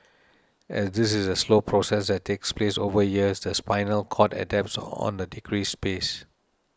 as this is a slow process that takes place over years the spinal cord adapts on the decreased space